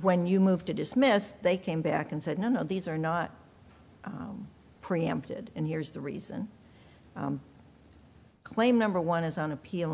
when you moved to dismiss they came back and said none of these are not preempted and here's the reason claim number one is on appeal